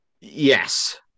Yes